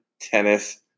tennis